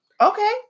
Okay